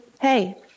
Hey